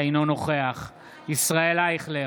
אינו נוכח ישראל אייכלר,